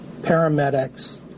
paramedics